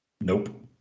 Nope